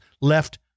left